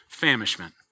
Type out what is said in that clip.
famishment